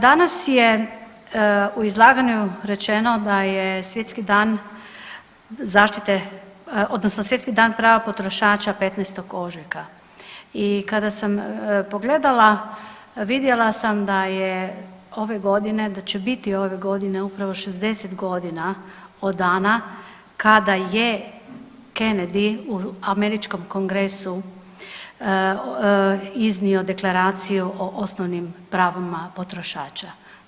Danas je u izlaganju rečeno da je svjetski dan zaštite odnosno Svjetski dan prava potrošača, 15. ožujka i kada sam pogledala, vidjela sam da je ove godine, da će biti ove godine upravo 60 godina od dana kada je Kennedy u američkom Kongresu iznio Deklaraciju o osnovnim pravima potrošača.